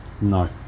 No